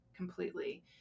completely